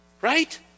Right